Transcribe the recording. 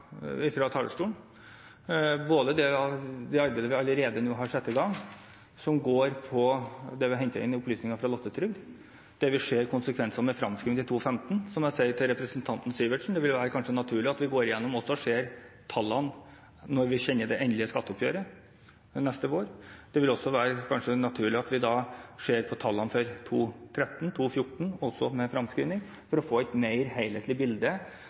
talerstolen, både ved det arbeidet vi allerede har satt i gang, som går på å hente inn opplysninger fra LOTTE-Trygd, der vi ser konsekvensene med fremskriving til 2015. Som jeg sa til representanten Syversen, vil det være naturlig at vi går gjennom det og ser på tallene når vi kjenner det endelige skatteoppgjøret neste vår. Det vil kanskje også være naturlig at vi ser på tallene for 2013 og 2014, også med fremskriving, for å få et mer helhetlig bilde